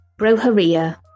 Broharia